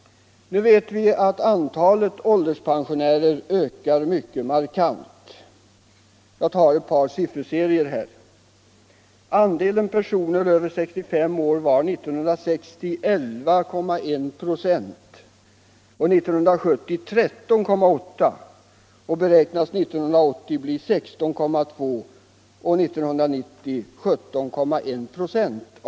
Nu vet vi att antalet ålderspensionärer ökar mycket markant. Jag vill nämna några siffror.